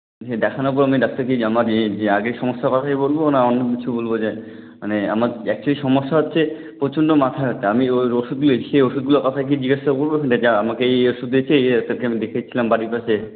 দেখানোর পর আমি ডাক্তারকে আমার এ যে আগের সমস্যার কথাই বলব না অন্য কিছু বলব যে মানে আমার অ্যাকচুলি সমস্যা হচ্ছে প্রচন্ড মাথা ব্যথা আমি ওই ওই ওষুধ দিয়ে খেয়ে ওষুধগুলোর কথা কি জিজ্ঞেস করে বলব যা আমাকে এই এই ওষুধ দিয়েছে এই এই ডাক্তারকে আমি দেখিয়েছিলাম বাড়ির পাশে